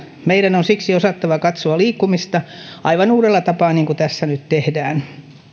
meidän on siksi osattava katsoa liikkumista aivan uudella tapaa niin kuin tässä nyt tehdään